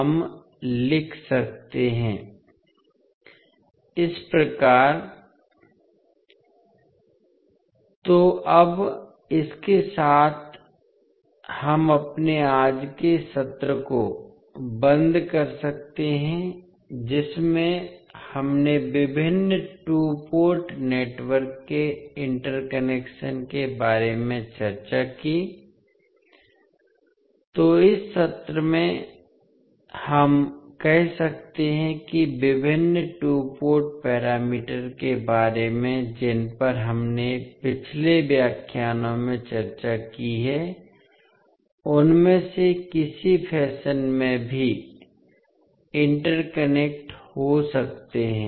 हम लिख सकते है इस प्रकार तो अब इसके साथ हम अपने आज के सत्र को बंद कर सकते हैं जिसमें हमने विभिन्न टू पोर्ट नेटवर्क के इंटरकनेक्ट के बारे में चर्चा की है तो इस सत्र में हम कह सकते हैं कि विभिन्न टू पोर्ट पैरामीटर के बारे में जिन पर हमने पिछले व्याख्यानों में चर्चा की है उनमें से किसी फैशन में भी इंटरकनेक्ट हो सकते हैं